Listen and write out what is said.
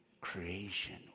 creation